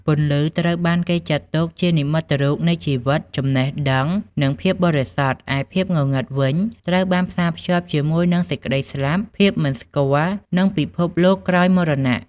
ពន្លឺត្រូវបានគេចាត់ទុកជានិមិត្តរូបនៃជីវិត ចំណេះដឹង និងភាពបរិសុទ្ធ ឯភាពងងឹតវិញ ត្រូវបានផ្សារភ្ជាប់ជាមួយនឹងសេចក្តីស្លាប់ ភាពមិនស្គាល់ និងពិភពលោកក្រោយមរណៈ ។